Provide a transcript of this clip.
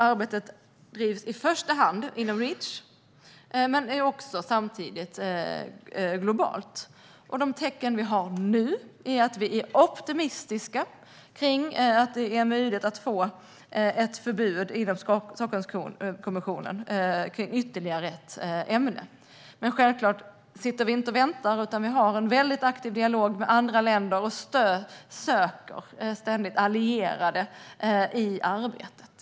Arbetet bedrivs i första hand inom Reach men är samtidigt globalt. De tecken vi ser nu gör att vi är optimistiska i fråga om att det är möjligt att få till ett förbud inom Stockholmskonventionen för ytterligare ett ämne. Men självklart sitter vi inte och väntar, utan vi för en aktiv dialog med andra länder och söker ständigt allierade i arbetet.